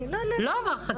לא עבר חקיקה.